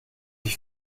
ich